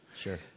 Sure